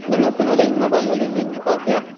ᱢᱮᱱᱮᱫ ᱛᱟᱦᱮᱱᱟᱞᱤᱧ ᱢᱳᱵᱟᱭᱤᱞ ᱟᱞᱤᱧ ᱞᱤᱧ ᱦᱟᱛᱟᱣ ᱠᱮᱭᱟ